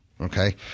Okay